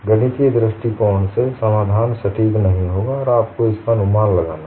गणितीय दृष्टिकोण से समाधान सटीक नहीं होगा कि आपको इसका अनुमान लगाना है